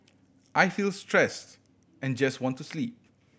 I feel stressed and just want to sleep